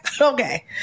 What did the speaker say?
Okay